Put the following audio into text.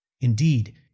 Indeed